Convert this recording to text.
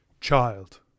Child